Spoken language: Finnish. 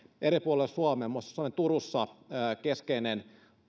eri puolilla suomea muun muassa suomen turussa keskeinen